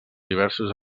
diversos